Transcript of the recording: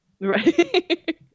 Right